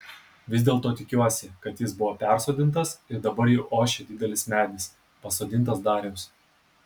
vis dėlto tikiuosi kad jis buvo persodintas ir dabar jau ošia didelis medis pasodintas dariaus